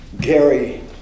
Gary